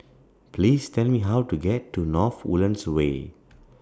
Please Tell Me How to get to North Woodlands Way